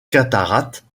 cataracte